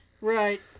Right